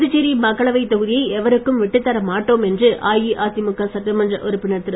புதுச்சேரி மக்களவைத் தொகுதியை எவருக்கும் விட்டுத்தர மாட்டோம் என்று அஇஅதிமுக சட்டமன்ற உறுப்பினர் திரு